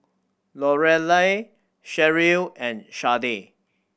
Lorelei Sherrill and Sharde